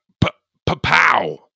pa-pow